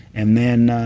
and then,